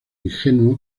ingenuo